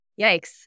yikes